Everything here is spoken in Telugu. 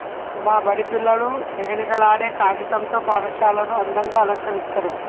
మా బడి పిల్లలు నిగనిగలాడే కాగితం తో పాఠశాలను అందంగ అలంకరిస్తరు